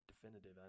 definitive